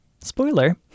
Spoiler